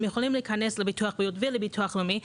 הם יכולים להכנס לביטוח בריאות ולביטוח לאומי,